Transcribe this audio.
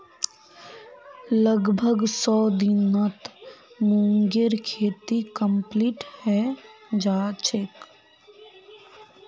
लगभग सौ दिनत मूंगेर खेती कंप्लीट हैं जाछेक